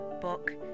book